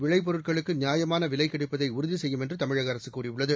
விளைபொருட்களுக்கு நியாயமான விலை கிடைப்பதை உறுதி செய்யும் என்று தமிழக அரசு கூறியுள்ளது